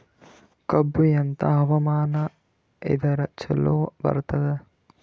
ಕಬ್ಬು ಎಂಥಾ ಹವಾಮಾನ ಇದರ ಚಲೋ ಬರತ್ತಾದ?